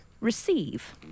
Receive